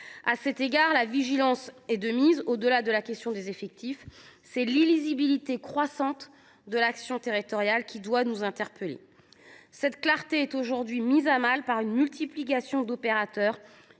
À cet égard, la vigilance est de mise : au delà de la question des effectifs, c’est l’illisibilité croissante de l’action territoriale qui doit nous interpeller. En effet, la clarté de cette dernière est mise à mal par une multiplication du